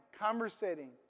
conversating